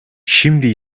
şimdi